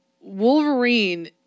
Wolverine